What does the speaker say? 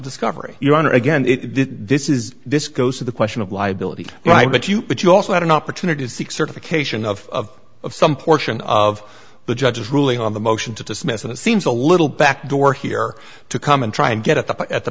discovery your honor again this is this goes to the question of liability but you but you also had an opportunity to seek certification of some portion of the judge's ruling on the motion to dismiss that it seems a little back door here to come and try and get at the